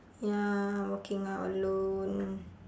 ya working out alone